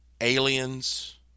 aliens